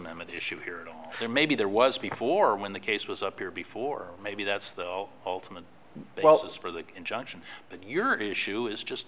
amendment issue here and there maybe there was before when the case was up here before maybe that's the ultimate well as for the injunction but your issue is just